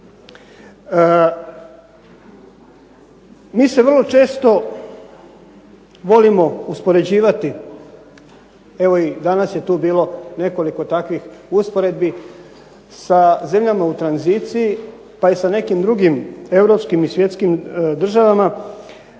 Mi se vrlo često volimo uspoređivati, evo i danas je tu bilo nekoliko takvih usporedbi sa zemljama u tranziciji, pa je sa nekim drugim europskim i svjetskim državama